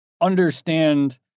understand